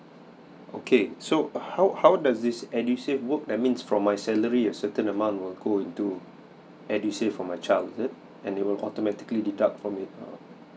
okay so how how does this edusave work that means from my salary a certain amount will go into edusave for my child is it and it will automatically deduct from it um